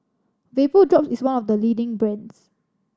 Vapodrops is one of the leading brands